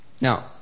Now